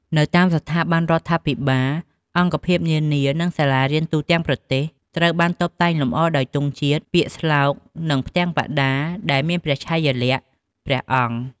នៅតាមស្ថាប័នរដ្ឋាភិបាល អង្គភាពនានា និងសាលារៀនទូទាំងប្រទេស ត្រូវបានតុបតែងលម្អដោយទង់ជាតិ ពាក្យស្លោក និងផ្ទាំងបដាដែលមានព្រះឆាយាល័ក្ខណ៍ព្រះអង្គ។